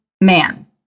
man